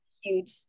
Huge